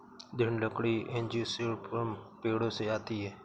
दृढ़ लकड़ी एंजियोस्पर्म पेड़ों से आती है